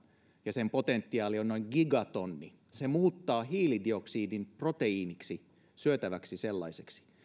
ja sen potentiaali on noin gigatonni se muuttaa hiilidioksidin proteiiniksi syötäväksi sellaiseksi